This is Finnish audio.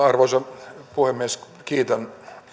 arvoisa puhemies kiitän